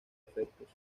efectos